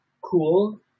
cool